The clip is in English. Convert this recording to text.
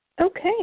Okay